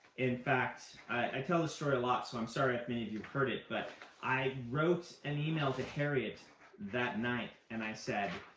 in fact, i tell this story a lot, so i'm sorry if many of you have heard it, but i wrote an email to harriet that night, and i said,